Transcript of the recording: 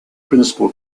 principal